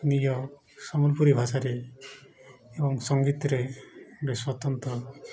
ନିଜ ସମ୍ବଲପୁରୀ ଭାଷାରେ ଏବଂ ସଙ୍ଗୀତରେ ବି ସ୍ଵତନ୍ତ୍ର